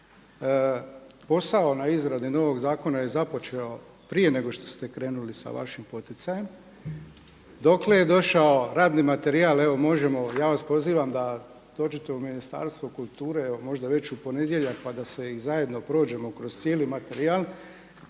Posao na izradi novog zakona je započeo prije nego što ste krenuli sa vašim poticajem. Dokle je došao radni materijal, evo možemo, ja vas pozivam da dođete u Ministarstvo kulture, evo možda već u ponedjeljak, pa da i zajedno prođemo kroz cijeli materijal,